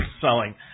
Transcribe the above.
selling